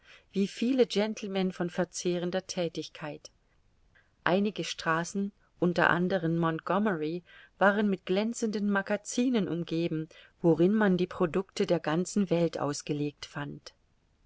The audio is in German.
wie viele gentlemen von verzehrender thätigkeit einige straßen unter anderen montgommery waren mit glänzenden magazinen umgeben worin man die producte der ganzen welt ausgelegt fand